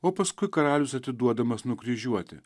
o paskui karalius atiduodamas nukryžiuoti